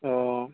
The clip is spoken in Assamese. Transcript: অ'